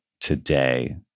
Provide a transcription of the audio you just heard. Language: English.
today